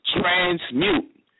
transmute